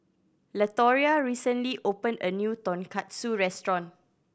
Latoria recently opened a new Tonkatsu Restaurant